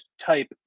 type